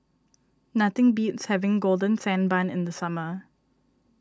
nothing beats having Golden Sand Bun in the summer